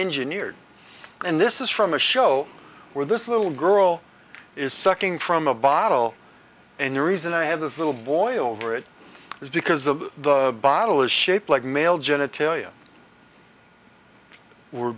engineered and this is from a show where this little girl is sucking from a bottle and the reason i have this little boy over it is because the bottle is shaped like male genitalia we're